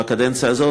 בקדנציה הזאת,